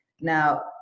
Now